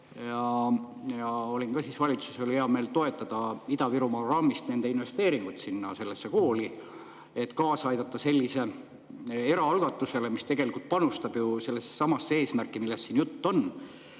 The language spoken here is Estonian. Olin siis valitsuses ja oli hea meel toetada Ida-Virumaa programmist investeeringut sinna sellesse kooli, et kaasa aidata sellisele eraalgatusele, mis tegelikult panustab sellessesamasse eesmärki, millest siin juttu on.